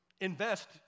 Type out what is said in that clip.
Invest